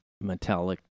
metallic